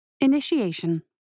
Initiation